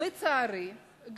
לצערי,